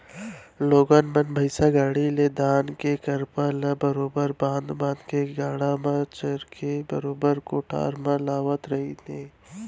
लोगन मन भईसा गाड़ा ले धान के करपा ल बरोबर बांध बांध के गाड़ा म रचके बरोबर कोठार म लावत रहिन हें